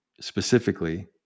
specifically